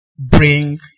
Bring